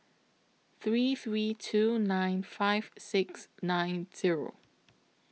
three three two nine five six nine Zero